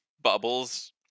bubbles